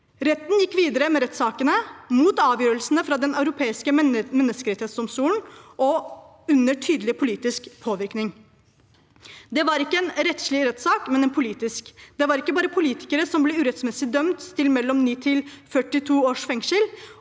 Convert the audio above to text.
Retten gikk videre med rettssakene, mot avgjørelsene fra Den europeiske menneskerettighetsdomstol og under tydelig politisk påvirkning. Det var ikke en rettslig rettssak, men en politisk. Det var ikke bare politikere som ble urettmessig dømt til mellom 9 og 42 års fengsel.